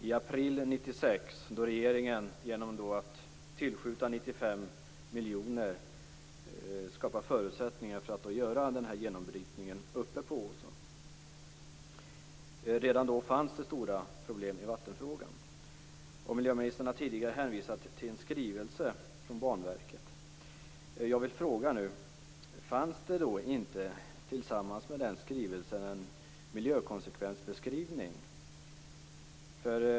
I april 1996 skapade regeringen förutsättningar för att göra den här genombrytningen uppe på åsen genom att tillskjuta 95 miljoner. Redan då fanns det stora problem med vattenfrågan. Miljöministern har tidigare hänvisat till en skrivelse från Banverket. Jag vill fråga om det tillsammans med den skrivelsen inte fanns någon miljökonsekvensbeskrivning.